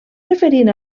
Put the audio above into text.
referint